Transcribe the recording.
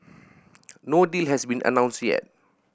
no deal has been announced yet